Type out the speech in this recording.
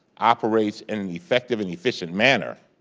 operates in an effective and efficient manner,